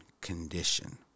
condition